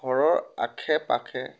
ঘৰৰ আশে পাশে